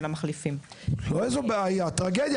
המחליפים --- זו לא איזו שהיא בעיה; זו טרגדיה.